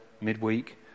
midweek